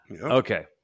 Okay